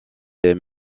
les